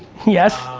yes.